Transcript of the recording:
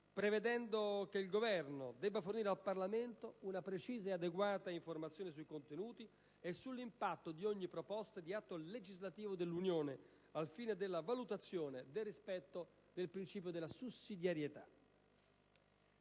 prevedendo che il Governo debba fornire al Parlamento una precisa ed adeguata informazione sui contenuti e sull'impatto di ogni proposta di atto legislativo dell'Unione al fine della valutazione e del rispetto del principio della sussidiarietà.